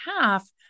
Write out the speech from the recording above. half